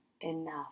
enough